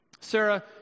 Sarah